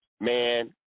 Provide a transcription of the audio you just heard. Man